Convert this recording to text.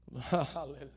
Hallelujah